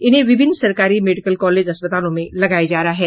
इन्हें विभिन्न सरकारी मेडिकल कॉलेज अस्पतालों में लगाया जा रहा है